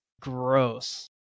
gross